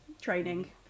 training